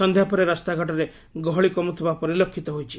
ସନ୍ଧ୍ୟା ପରେ ରାସ୍ତାଘାଟରେ ଗହଳି କମୁଥିବା ପରିଲକ୍ଷିତ ହୋଇଛି